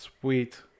Sweet